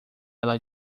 ela